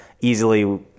easily